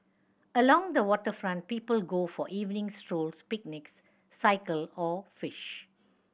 along the waterfront people go for evening strolls picnics cycle or fish